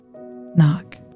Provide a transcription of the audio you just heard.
Knock